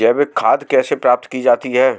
जैविक खाद कैसे प्राप्त की जाती है?